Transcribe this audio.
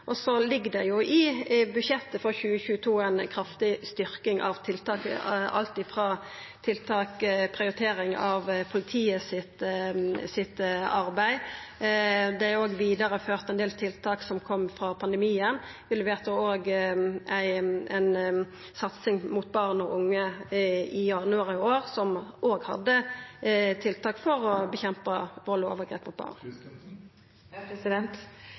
I budsjettet for 2022 ligg det òg ei kraftig styrking av tiltak. Det er alt frå tiltak om prioritering av politiet sitt arbeid til at det òg er vidareført ein del tiltak som kom frå pandemien. I januar i år leverte vi òg ei satsing for barn og unge som òg hadde tiltak for å kjempa mot vald og overgrep mot barn.